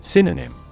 Synonym